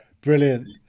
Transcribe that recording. Brilliant